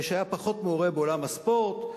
שהיה פחות מעורה בעולם הספורט.